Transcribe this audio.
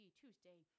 tuesday